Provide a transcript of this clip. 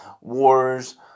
wars